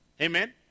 Amen